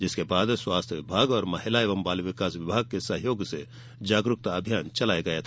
जिसके बाद स्वास्थ्य विभाग महिला एवं बाल विकास विभाग के सहयोग से जागरुकता अभियान चलाया गया था